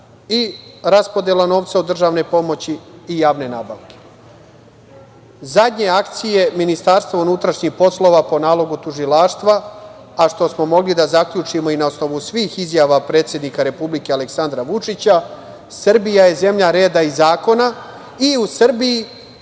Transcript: i raspodela novca od državne pomoći i javne nabavke. Zadnje akcije Ministarstva unutrašnjih poslova, po nalogu Tužilaštva, a što smo mogli da zaključimo i na osnovu svih izjava predsednika Republike Aleksandra Vučića, Srbija je zemlja reda i zakona i u Srbiji